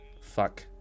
Fuck